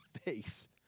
face